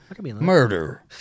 Murder